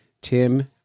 Tim